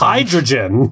Hydrogen